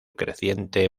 creciente